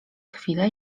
chwilę